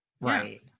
right